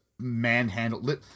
manhandled